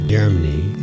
Germany